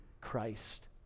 Christ